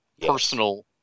personal